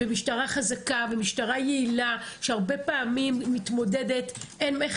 חזקה ויעילה שהרבה פעמים מתמודדת עם דברים.